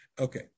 Okay